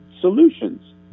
solutions